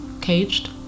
caged